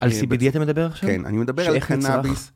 על סיבידי אתה מדבר עכשיו? כן, אני מדבר על קנאביס.